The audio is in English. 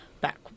back